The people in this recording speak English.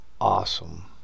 awesome